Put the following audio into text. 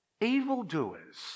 evildoers